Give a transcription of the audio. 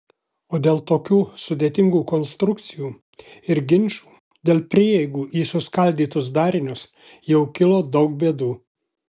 o dėl tokių sudėtingų konstrukcijų ir ginčų dėl prieigų į suskaldytus darinius jau kilo daug bėdų